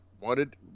wanted